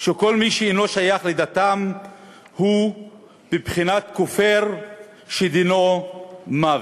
שכל מי שאינו שייך לדתם הוא בבחינת כופר שדינו מוות.